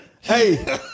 Hey